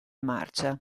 marcia